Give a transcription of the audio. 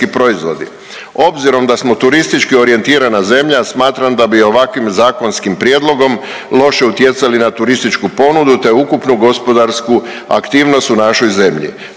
Obzirom da smo turistički orijentirana zemlja smatram da bi ovakvim zakonskim prijedlogom loše utjecali na turističku ponudu te ukupnu gospodarsku aktivnost u našoj zemlji.